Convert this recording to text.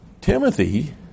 Timothy